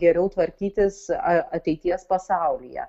geriau tvarkytis ateities pasaulyje